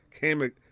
came